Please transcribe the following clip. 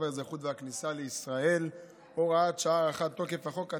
האזרחות והכניסה לישראל (הוראת שעה) (הארכת תוקף החוק),